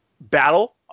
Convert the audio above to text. battle